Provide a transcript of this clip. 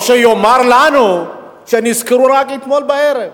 או שיאמר לנו שנזכרו רק אתמול בערב,